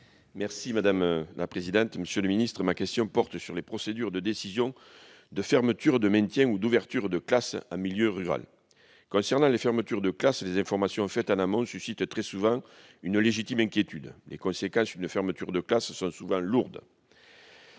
nationale et de la jeunesse. Ma question porte sur les procédures de décision de fermeture, de maintien ou d'ouverture de classes en milieu rural. Concernant les fermetures de classes, les informations faites en amont suscitent très souvent une légitime inquiétude. Les conséquences de telles fermetures sont souvent lourdes.